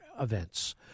Events